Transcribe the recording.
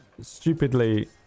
stupidly